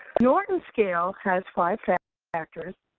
norton scale has five factors.